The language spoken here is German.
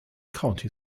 county